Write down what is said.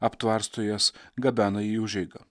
aptvarsto jas gabena į užeigą